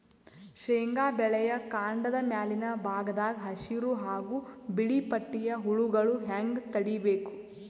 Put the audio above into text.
ಶೇಂಗಾ ಬೆಳೆಯ ಕಾಂಡದ ಮ್ಯಾಲಿನ ಭಾಗದಾಗ ಹಸಿರು ಹಾಗೂ ಬಿಳಿಪಟ್ಟಿಯ ಹುಳುಗಳು ಹ್ಯಾಂಗ್ ತಡೀಬೇಕು?